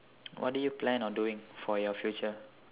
what do you plan on doing for your future